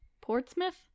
Portsmouth